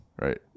right